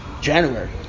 january